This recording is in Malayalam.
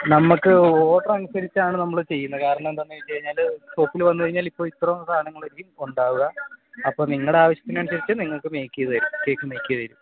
നമുക്ക് ഓഡർ അനുസരിച്ചാണ് നമ്മൾ ചെയ്യുന്നത് കാരണം എന്താണെന്നു ചോദിച്ചു കഴിഞ്ഞാൽ ഷോപ്പിൽ വന്നു കഴിഞ്ഞാൽ ഇപ്പോൾ ഇത്രയും സാധനങ്ങളായിരിക്കും ഉണ്ടാകുക അപ്പം നിങ്ങളുടെ ആവശ്യത്തിനനുസരിച്ച് നിങ്ങൾക്ക് മെയ്ക്ക് ചെയ്തു തരും കേക്ക് മെയ്ക്ക് ചെയ്തു തരും